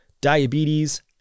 diabetes